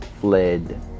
fled